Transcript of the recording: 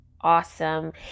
awesome